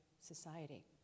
society